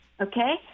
okay